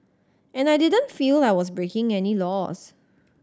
and I didn't feel I was breaking any laws